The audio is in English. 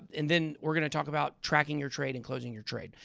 and then we're going to talk about tracking your trade and closing your trade.